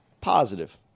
positive